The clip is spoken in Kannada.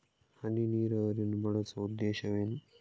ಹನಿ ನೀರಾವರಿಯನ್ನು ಬಳಸುವ ಉದ್ದೇಶವೇನು?